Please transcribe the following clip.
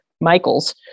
Michael's